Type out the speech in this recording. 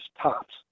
tops